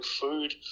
food